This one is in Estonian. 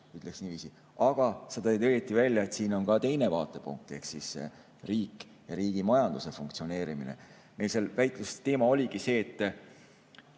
ütleks niiviisi. Aga sa tõid õigesti välja, et siin on ka teine vaatepunkt ehk riik ja riigi majanduse funktsioneerimine. Meil väitlusteema oligi see, et